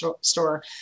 store